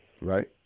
Right